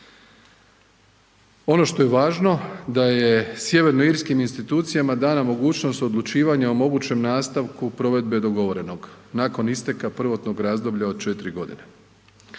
Ono što je važno, da je sjeverno irskim institucijama dana mogućnost odlučivanja o mogućem nastavku provedbe dogovorenog nakon isteka prvotnog razdoblja od 4 godine.